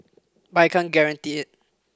but I can't guarantee it